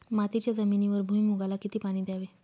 मातीच्या जमिनीवर भुईमूगाला किती पाणी द्यावे?